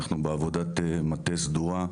אנחנו בעבודת מטה סדורה,